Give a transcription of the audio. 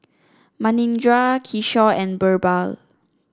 Manindra Kishore and BirbaL